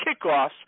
kickoffs